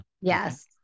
Yes